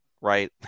right